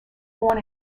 born